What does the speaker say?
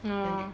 orh